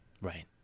Right